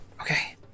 okay